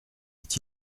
est